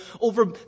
over